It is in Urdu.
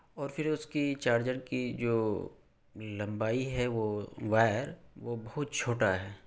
اور پھر اس کی چارجر کی جو لمبائی ہے وہ وائر وہ بہت چھوٹا ہے